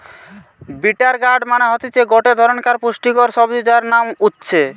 bitter gourd মানে হতিছে গটে ধরণকার পুষ্টিকর সবজি যার নাম উচ্ছে